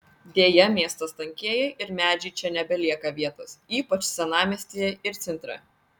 deja miestas tankėja ir medžiui čia nebelieka vietos ypač senamiestyje ir centre